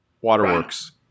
Waterworks